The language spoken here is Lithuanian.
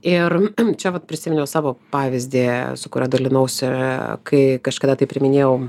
ir čia vat prisiminiau savo pavyzdį su kuriuo dalinausi kai kažkada tai priiminėjau